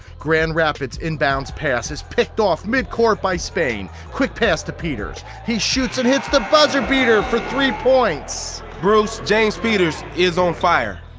grand rapids inbound pass is picked off mid-court by spain, quick pass to peters, he shoots and hits the buzzer beater for three points. bruce, james peters is on fire.